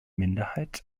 minderheit